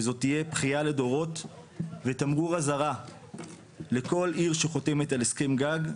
וזאת תהיה בכייה לדורות ותמרור אזהרה לכל עיר שחותמת על הסכם גג,